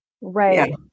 right